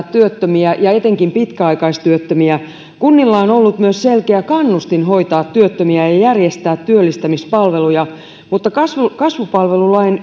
työttömiä ja etenkin pitkäaikaistyöttömiä kunnilla on ollut myös selkeä kannustin hoitaa työttömiä ja järjestää työllistämispalveluja mutta kasvupalvelulain